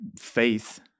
faith